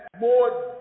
more